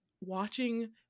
watching